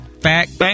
fact